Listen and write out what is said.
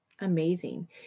amazing